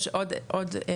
יש עוד היבט.